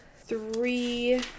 three